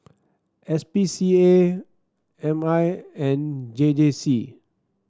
S P C A M I and J J C